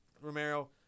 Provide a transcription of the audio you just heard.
Romero